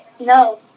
No